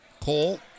Cole